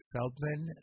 Feldman